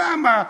למה?